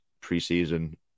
pre-season